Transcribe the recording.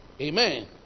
Amen